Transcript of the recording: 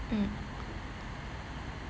mm